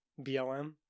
BLM